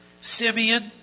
Simeon